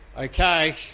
Okay